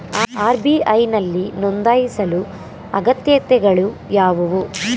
RBI ನಲ್ಲಿ ನೊಂದಾಯಿಸಲು ಅಗತ್ಯತೆಗಳು ಯಾವುವು?